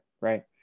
right